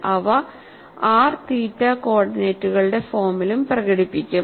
അവ r തീറ്റ കോർഡിനേറ്റുകളുടെ ഫോമിലും പ്രകടിപ്പിക്കും